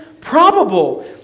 probable